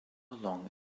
long